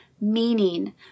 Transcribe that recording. meaning